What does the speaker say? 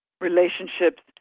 relationships